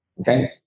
Okay